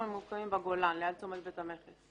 אנחנו ממוקמים בגולן ליד צומת בית המכס.